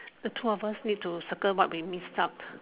the two of us need to circle what we miss out